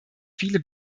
viele